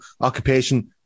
occupation